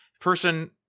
person